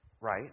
right